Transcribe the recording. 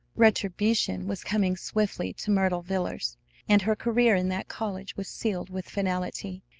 retribution was coming swiftly to myrtle villers and her career in that college was sealed with finality.